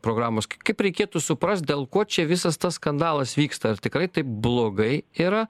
programos kaip reikėtų suprast dėl ko čia visas tas skandalas vyksta ar tikrai taip blogai yra